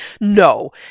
No